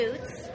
boots